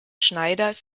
schneiders